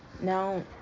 now